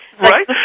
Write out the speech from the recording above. Right